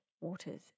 waters